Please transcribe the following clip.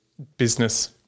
business